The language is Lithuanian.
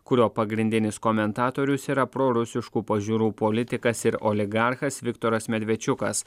kurio pagrindinis komentatorius yra prorusiškų pažiūrų politikas ir oligarchas viktoras medvečiukas